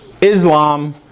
Islam